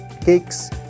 cakes